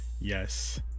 yes